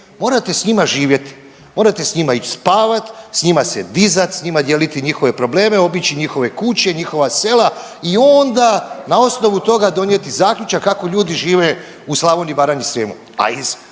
morate s njima živjet, morate s njima ići spavat, s njima se dizat, s njima dijeliti njihove probleme, obići njihove kuće, njihova sela i onda na osnovu toga donijeti zaključak kako ljudi žive u Slavoniji, Baranji i Srijemu, a